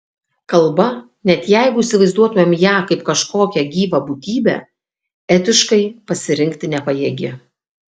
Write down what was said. kalba net jeigu įsivaizduotumėm ją kaip kažkokią gyvą būtybę etiškai pasirinkti nepajėgi